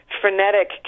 frenetic